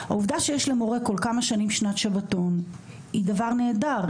העובדה שיש למורה כל כמה שנים שנת שבתון- היא דבר נהדר,